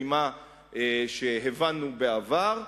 ממה שהבנו בעבר,